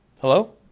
hello